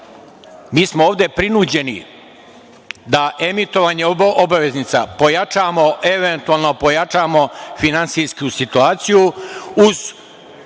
smo ovde prinuđeni da emitovanje obveznica pojačamo, eventualno pojačamo finansijsku situaciju,